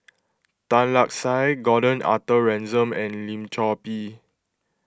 Tan Lark Sye Gordon Arthur Ransome and Lim Chor Pee